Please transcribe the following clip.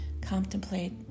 contemplate